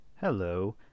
Hello